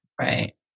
Right